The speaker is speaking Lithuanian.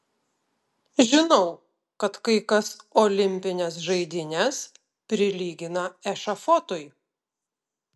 žinau kad kai kas olimpines žaidynes prilygina ešafotui